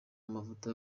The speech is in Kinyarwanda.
amavuta